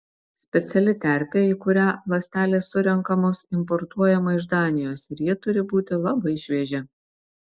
speciali terpė į kurią ląstelės surenkamos importuojama iš danijos ir ji turi būti labai šviežia